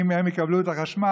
אם הם יקבלו את החשמל,